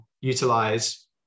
utilize